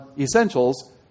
essentials